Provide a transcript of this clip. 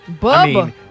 Bubba